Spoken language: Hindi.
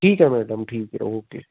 ठीक है मैडम ठीक है औके